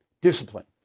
Discipline